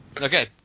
Okay